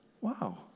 wow